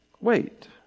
Wait